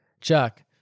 Chuck